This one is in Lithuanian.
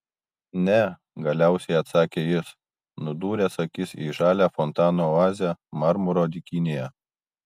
ne galiausiai atsakė jis nudūręs akis į žalią fontano oazę marmuro dykynėje